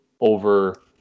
over